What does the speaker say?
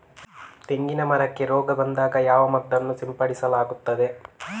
ತೆಂಗಿನ ಮರಕ್ಕೆ ರೋಗ ಬಂದಾಗ ಯಾವ ಮದ್ದನ್ನು ಸಿಂಪಡಿಸಲಾಗುತ್ತದೆ?